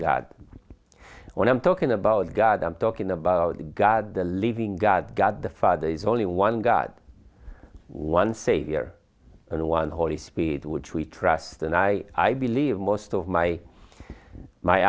god when i'm talking about god i'm talking about god the living god god the father is only one god one savior and one holy spirit which we trust and i i believe most of my my